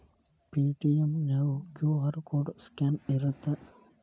Paytm ನ್ಯಾಗು QR code scan ಇರತ್ತ